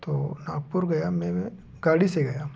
तो नागपुर गया मैं मैं गाड़ी से गया